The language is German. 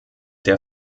der